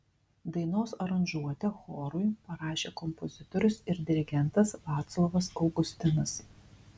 dainos aranžuotę chorui parašė kompozitorius ir dirigentas vaclovas augustinas